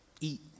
eat